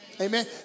Amen